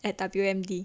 at W_M_D